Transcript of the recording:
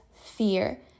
fear